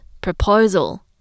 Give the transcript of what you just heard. proposal